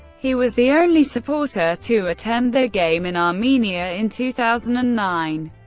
he was the only supporter to attend their game in armenia in two thousand and nine.